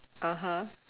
(uh huh)